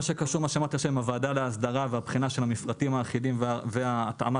לוועדה להסדרה ולבחינה של המפרטים האחידים והתאמה